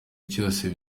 cyose